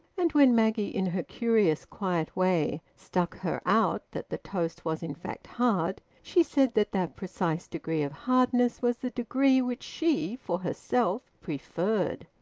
and when maggie in her curious quiet way stuck her out that the toast was in fact hard, she said that that precise degree of hardness was the degree which she, for herself, preferred.